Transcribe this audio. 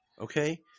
okay